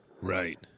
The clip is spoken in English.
Right